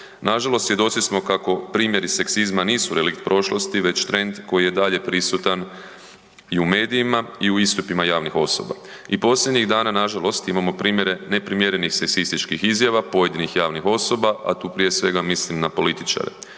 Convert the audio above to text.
Nažalost svjedoci smo kako primjeri seksizma nisu relikt prošlosti nego trend koji je dalje prisutan i u medijima i u istupima javnih osoba. I posljednjih dana nažalost imamo primjere neprimjerenih seksističkih izjava pojedinih javnih osoba, a tu prije svega mislim na političare.